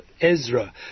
Ezra